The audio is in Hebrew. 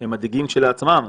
הם מדאיגים כשלעצמם.